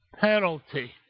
penalty